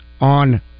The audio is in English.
on